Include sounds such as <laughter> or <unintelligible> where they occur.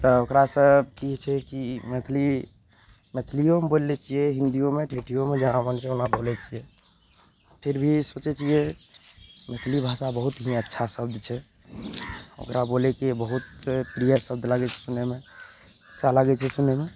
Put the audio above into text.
तब ओकरासँ की होइ छै कि मैथिली मैथिलियोमे बोलि लै छियै हिन्दियोमे <unintelligible> जेना मन छै ओना बोलय छियै फिर भी सोचय छियै मैथिली भाषा बहुतमे अच्छा शब्द छै ओकरा बोलयके बहुत प्रिय शब्द लागय छै बोलयमे अच्छा लागय छै सुनयमे